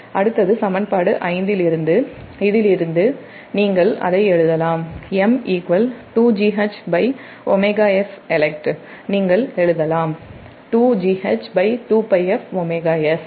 அடுத்தது சமன்பாடு 5 எனவே நீங்கள் அதை எழுதலாம்நீங்கள்எழுதலாம்உண்மையில்